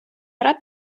гра